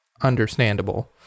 understandable